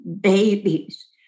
babies